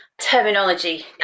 terminology